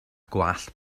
gwallt